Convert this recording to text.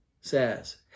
says